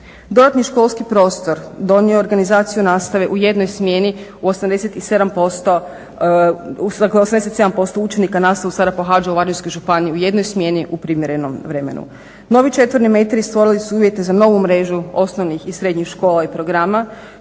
dodatni školski prostor donio je organizaciju nastave u jednoj smjeni u kojoj 87% učenika nastavu sada pohađa u Varaždinskoj županiji u jednoj smjeni u primjerenom vremenu. Novi četvorni metri stvorili su uvjete za novu mrežu osnovnih i srednjih škola i programa